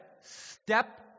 step